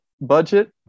budget